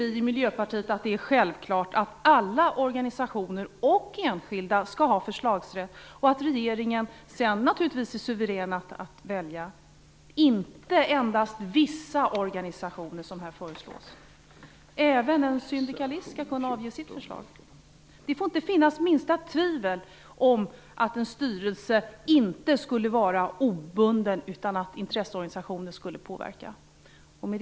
Vi i Miljöpartiet tycker att det är självklart att alla organisationer och enskilda skall ha förslagsrätt och att regeringen skall vara suverän att utse styrelserna. Inte endast vissa organisationer skall ha förslagsrätt, som här föreslås. Även en syndikalist skall kunna föra fram sitt förslag. Det får inte finnas minsta tvivel om att en styrelse inte skulle vara obunden eller inte skulle vara opåverkad av intresseorganisationer.